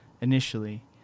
initially